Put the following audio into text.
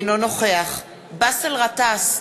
אינו נוכח באסל גטאס,